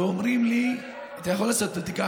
ואומרים לי: אתה יכול לעשות את הבדיקה,